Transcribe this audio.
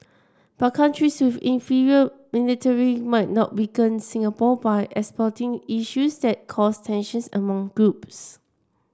but countries with inferior military might not weaken Singapore by exploiting issues that cause tensions among groups